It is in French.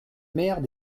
maires